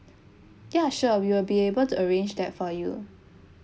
ya sure we will be able to arrange that for you